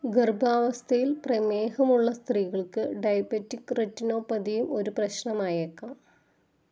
ഗർഭാവസ്ഥയിൽ പ്രമേഹമുള്ള സ്ത്രീകൾക്ക് ഡയബറ്റിക് റെറ്റിനൊപ്പതിയും ഒരു പ്രശ്നമായേക്കാം